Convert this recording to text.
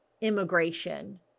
immigration